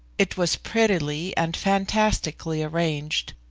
it was prettily and fantastically arranged,